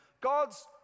God's